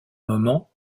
moment